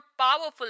powerful